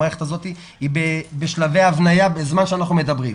המערכת הזאת היא בשלבי הבניה בזמן שאנחנו מדברים.